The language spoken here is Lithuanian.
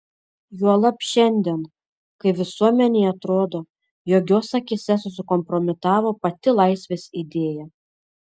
juolab šiandien kai visuomenei atrodo jog jos akyse susikompromitavo pati laisvės idėja